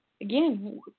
Again